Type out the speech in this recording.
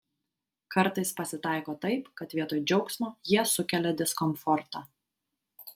kartais pasitaiko taip kad vietoj džiaugsmo jie sukelia diskomfortą